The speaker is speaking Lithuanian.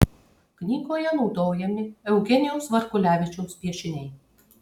knygoje naudojami eugenijaus varkulevičiaus piešiniai